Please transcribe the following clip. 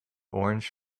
orange